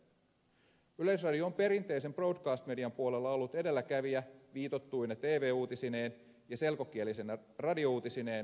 yleisradio on perinteisen broadcast median puolella ollut edelläkävijä viitottuine tv uutisineen ja selkokielisine radiouutisineen kiitos siitä